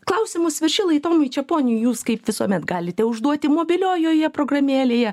klausimus viršilai tomui čeponiui jūs kaip visuomet galite užduoti mobiliojoje programėlėje